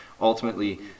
ultimately